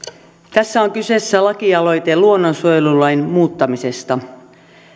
tässä on kyseessä lakialoite luonnonsuojelulain muuttamisesta